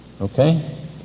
Okay